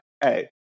hey